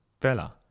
Bella